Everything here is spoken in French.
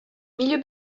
milieu